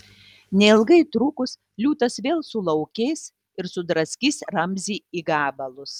neilgai trukus liūtas vėl sulaukės ir sudraskys ramzį į gabalus